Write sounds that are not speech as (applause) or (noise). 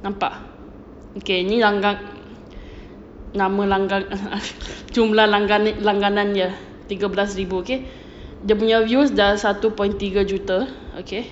nampak okay ni langgang nama langgang (laughs) jumlah langgang langganan dia tiga belas ribu okay dia punya views dah satu point tiga juta okay